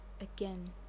again